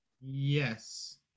Yes